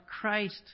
Christ